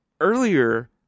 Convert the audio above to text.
earlier